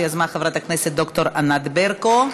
שיזמה חברת הכנסת ד"ר ענת ברקו,